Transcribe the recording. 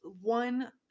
one